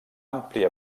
àmplia